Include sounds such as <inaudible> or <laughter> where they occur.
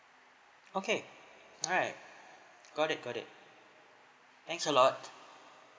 okay alright <noise> got it got it thanks a lot